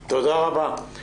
תודה רבה.